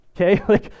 okay